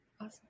Awesome